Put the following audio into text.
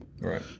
Right